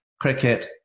Cricket